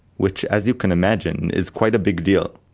which, as you can imagine, is quite a big deal.